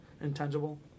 intangible